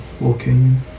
walking